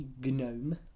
Gnome